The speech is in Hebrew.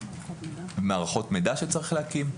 מערכות מידע שצריך להקים.